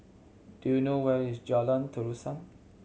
do you know where is Jalan Terusan